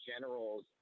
generals